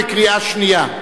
בקריאה שנייה.